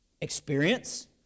experience